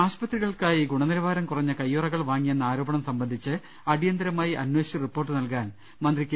ആശുപത്രികൾക്കായി ഗുണനിലവാരം കുറഞ്ഞ കൈയ്യുറകൾ വാങ്ങി യെന്ന ആരോപണം സംബന്ധിച്ച് അടിയന്തരമായി അന്വേഷിച്ച് റിപ്പോർട്ട് നൽകാൻ മന്ത്രി കെ